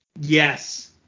Yes